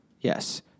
Yes